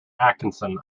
atkinson